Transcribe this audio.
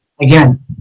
again